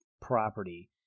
property